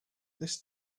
this